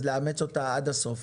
אז לאמץ אותה עד הסוף.